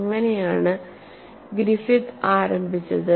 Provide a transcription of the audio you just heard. അങ്ങനെയാണ് ഗ്രിഫിത്ത് ആരംഭിച്ചത്